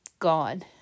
gone